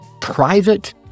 private